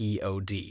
pod